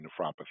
nephropathy